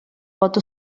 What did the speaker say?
pot